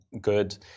good